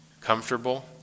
comfortable